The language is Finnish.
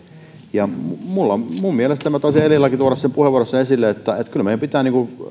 minun mielestäni minä taisin edelläkin tuoda sen puheenvuorossa esille kyllä meidän pitää